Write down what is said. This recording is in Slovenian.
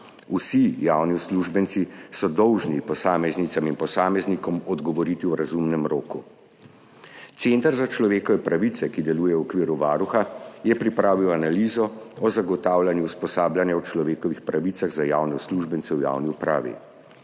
Vsi javni uslužbenci so dolžni posameznicam in posameznikom odgovoriti v razumnem roku. Center za človekove pravice, ki deluje v okviru Varuha, je pripravil analizo o zagotavljanju usposabljanja o človekovih pravicah za javne uslužbence v javni upravi.